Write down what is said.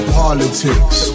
politics